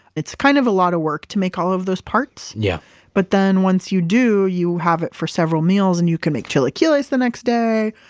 it's kind of a lot of work to make all of those parts. yeah but then once you do, you have it for several meals. and then you can make chilaquiles the next day,